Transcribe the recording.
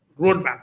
roadmap